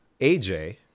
AJ